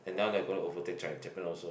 and now they are going to overtake Chi~ Japan also